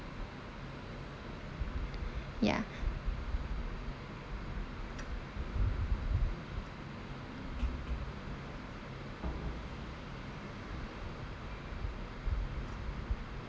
ya